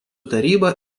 taryba